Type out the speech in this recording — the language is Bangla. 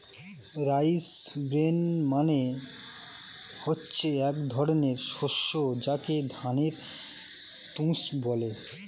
রাইস ব্রেন মানে হচ্ছে এক ধরনের শস্য যাকে ধানের তুষ বলে